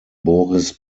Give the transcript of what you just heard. boris